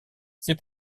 ces